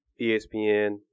ESPN